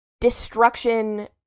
destruction